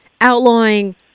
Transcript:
outlawing